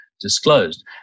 disclosed